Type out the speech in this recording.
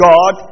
God